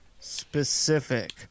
Specific